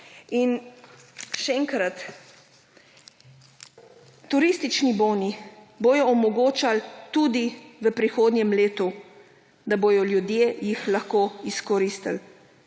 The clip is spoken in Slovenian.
In še enkrat, turistični boni bodo omogočali tudi v prihodnjem letu, da bodo ljudje jih lahko izkoristili.